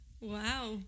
Wow